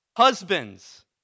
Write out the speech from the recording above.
Husbands